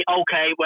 okay